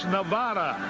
Nevada